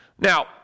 Now